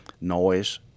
noise